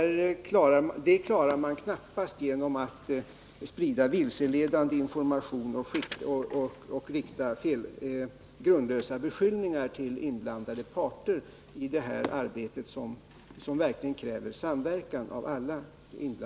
Det klarar man knappast genom att sprida vilseledande information och rikta grundlösa beskyllningar mot inblandade parter i det här arbetet, som verkligen kräver samverkan av alla.